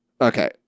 Okay